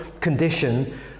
condition